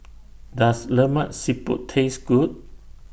Does Lemak Siput Taste Good